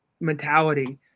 mentality